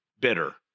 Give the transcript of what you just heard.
bitter